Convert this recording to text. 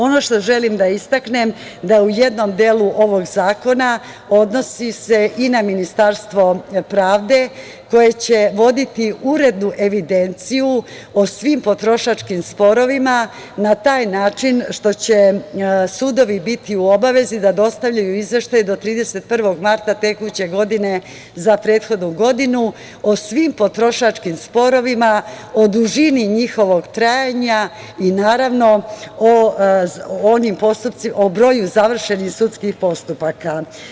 Ono što želim da istaknem, da u jednom delu ovog zakona odnosi se i na Ministarstvo pravde koje će voditi urednu evidenciju o svim potrošačkim sporovima na taj način što će sudovi biti u obavezi da dostavljaju izveštaje do 31. marta tekuće godine za prethodnu godinu o svim potrošačkim sporovima, o dužini njihovog trajanja i naravno o broju završenih sudskih postupaka.